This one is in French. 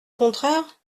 contraire